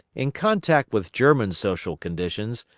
in contact with german social conditions,